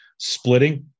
splitting